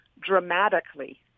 dramatically